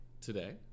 today